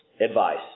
advice